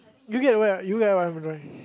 you get what you get what I'm going